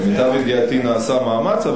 למיטב ידיעתי נעשה מאמץ,